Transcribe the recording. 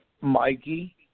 Mikey